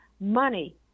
Money